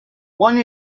one